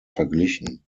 verglichen